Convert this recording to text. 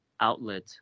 outlet